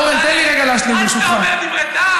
עד שאתה אומר דברי טעם?